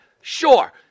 Sure